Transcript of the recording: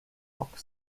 fock